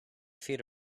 feet